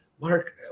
Mark